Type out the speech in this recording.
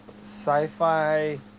sci-fi